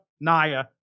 Naya